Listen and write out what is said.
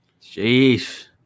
Jeez